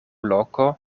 loko